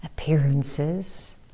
appearances